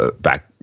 back